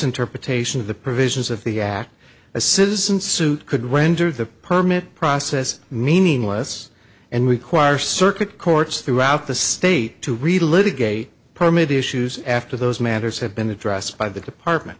interpretation of the provisions of the act a citizen suit could render the permit process meaningless and require circuit courts throughout the state to relive again a permit issues after those matters have been addressed by the department